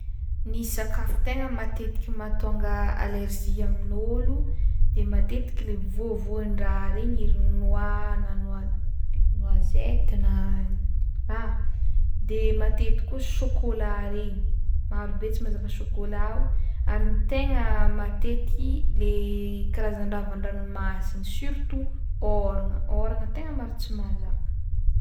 Ny sakafo tegna matetiky mahatônga alerzia amin'ôlo de matetiky le voavoan-draha regny ery noix na noi- noisette na raha de matetiky koa chocolat regny marobe tsy mahazaka chocolat o ary ny tegna matetiky le karazan-draha avy an-dranomasiny surtout ôragna, ôragna tegna maro tsy mahazaka.